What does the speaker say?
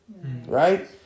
Right